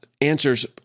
answers